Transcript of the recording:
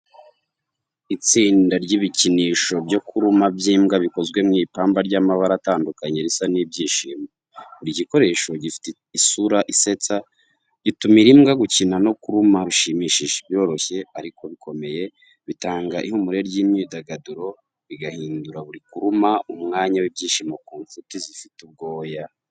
Itsinda ry’ibikinisho byo kuruma by’imbwa bikozwe mu ipamba ry’amabara atandukanye risa n’ibyishimo. Buri gikoresho gifite isura isetsa, gitumira imbwa gukina no kuruma bishimishije. Biroroshye ariko bikomeye, bitanga ihumure n’imyidagaduro, bigahindura buri kuruma umwanya w’ibyishimo ku nshuti zifite ubwoya.